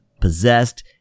Possessed